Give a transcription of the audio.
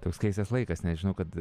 toks keistas laikas nes žinau kad